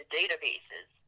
databases